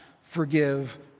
forgive